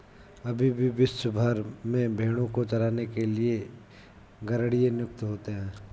अभी भी विश्व भर में भेंड़ों को चराने के लिए गरेड़िए नियुक्त होते हैं